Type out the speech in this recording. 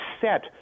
set